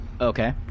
Okay